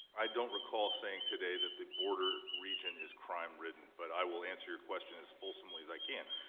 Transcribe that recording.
i don't recall saying today that the border region is crime-ridden, but i will answer your question as falsely as i can.